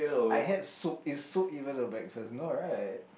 I had soup is soup even a breakfast no right